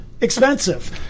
expensive